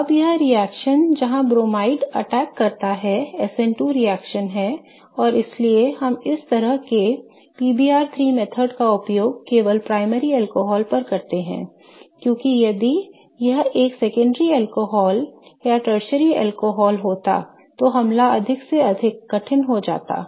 अब यह रिएक्शन जहां ब्रोमाइड अटैक करता है SN2 रिएक्शन है और इसीलिए हम इस तरह के PBr3 method का उपयोग केवल प्राथमिक अल्कोहल पर करते हैं क्योंकि यदि यह एक द्वितीयक अल्कोहल या टर्शरी अल्कोहल होता तो हमला अधिक से अधिक कठिन हो जाता है